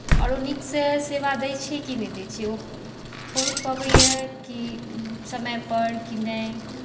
आओर ओ नीकसँ सेवा दैत छै कि नहि दैत छै ओ पहुँच पबैए कि समयपर कि नहि